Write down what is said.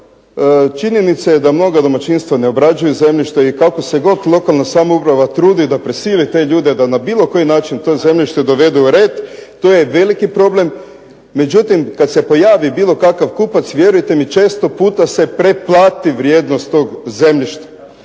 Činjenica je da mnoga domaćinstva ne obrađuju zemljište i kako se god lokalna samouprava trudi da prisili te ljude da na bilo koji način to zemljište dovede u red, to je veliki problem. Međutim, kada se pojavi bilo kakav kupac, vjerujte mi često puta se preplati vrijednost toga zemljišta.